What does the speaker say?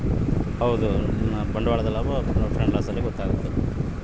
ಬಂಡವಾಳದ ಲಾಭ, ನಷ್ಟ ನ ಶೇಕಡದಾಗ ತೋರಿಸ್ತಾದ